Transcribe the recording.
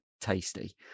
tasty